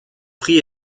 prix